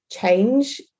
change